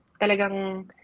talagang